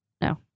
No